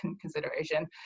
consideration